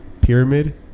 pyramid